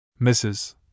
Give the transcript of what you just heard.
Mrs